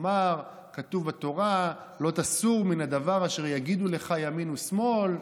אמר: כתוב בתורה "לא תסור מן הדבר אשר יגידו לך ימין ושמאל",